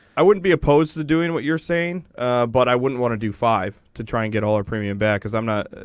i would be opposed to doing what you're saying but i wouldn't want to do five to try and get all our premium back because i'm not.